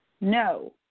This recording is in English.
No